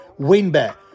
Winbet